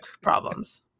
problems